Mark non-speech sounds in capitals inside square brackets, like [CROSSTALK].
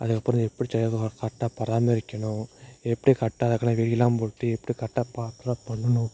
அதுக்கப்புறம் இதை எப்படி [UNINTELLIGIBLE] கரெக்டாக பராமரிக்கணும் எப்படி கரெக்டாக அதுக்கெலாம் வேலியெலாம் போட்டு எப்படி கரெக்டாக ப்ராப்பராக பண்ணணும்